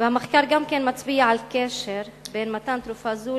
3. המחקר גם מצביע על קשר בין מתן תרופה זו